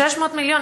600 מיליון,